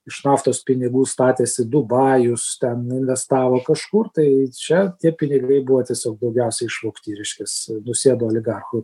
iš naftos pinigų statėsi dubajus ten investavo kažkur tai čia tie pinigai buvo tiesiog daugiausiai išvogti ir išvis nusėdo oligarchų